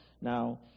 Now